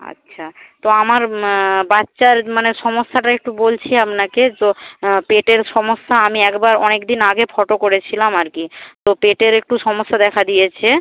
আচ্ছা তো আমার বাচ্চার মানে সমস্যাটা একটু বলছি আপনাকে তো পেটের সমস্যা আমি একবার অনেক দিন আগে ফটো করেছিলাম আর কি তো পেটের একটু সমস্যা দেখা দিয়েছে